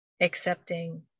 accepting